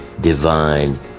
divine